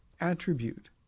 attribute